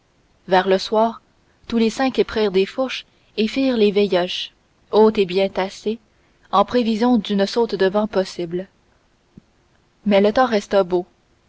vers le soir tous les cinq prirent des fourches et firent les veilloches hautes et bien tassées en prévision d'une saute de vent possible mais le temps resta beau